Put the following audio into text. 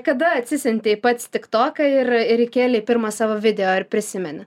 kada atsisiuntei pats tik toką ir ir įkėlei pirmą savo video ar prisimeni